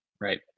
right